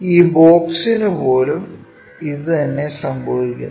ഈ ബോക്സിനുപോലും ഇതുതന്നെ സംഭവിക്കുന്നു